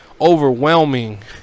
overwhelming